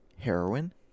heroin